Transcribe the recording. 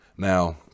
Now